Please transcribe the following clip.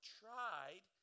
tried